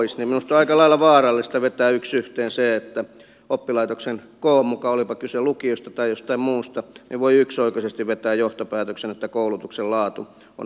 minusta on aika lailla vaarallista vetää yksi yhteen se että oppilaitoksen koon mukaan olipa kyse lukiosta tai jostain muusta voi yksioikoisesti vetää johtopäätöksen että koulutuksen laatu on heikompaa